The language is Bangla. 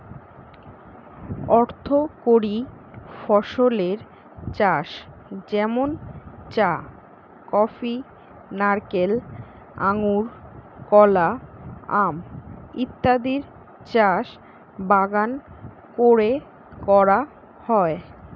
অর্থকরী ফসলের চাষ যেমন চা, কফি, নারকেল, আঙুর, কলা, আম ইত্যাদির চাষ বাগান কোরে করা হয়